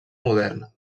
moderna